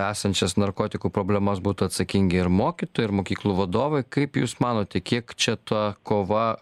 esančias narkotikų problemas būtų atsakingi ir mokytojai ir mokyklų vadovai kaip jūs manote kiek čia ta kova